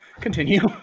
Continue